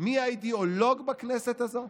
מי האידיאולוג בכנסת הזו,